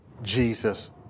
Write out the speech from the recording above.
Jesus